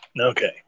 Okay